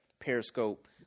periscope